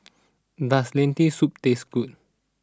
does Lentil Soup taste good